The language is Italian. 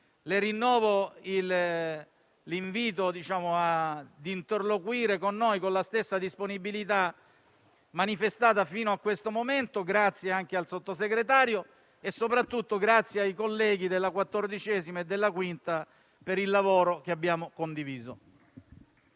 Le rinnovo l'invito a interloquire con noi con la stessa disponibilità manifestata fino a questo momento. Ringrazio anche il Sottosegretario e, soprattutto, i colleghi della 14a e 5a Commissione per il lavoro condiviso.